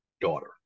daughter